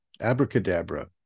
abracadabra